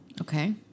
Okay